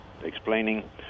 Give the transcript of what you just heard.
explaining